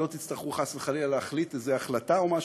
שלא תצטרכו חס וחלילה להחליט איזה החלטה או משהו,